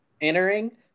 entering